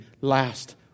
last